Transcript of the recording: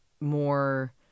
more